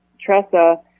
Tressa